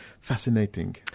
fascinating